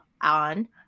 on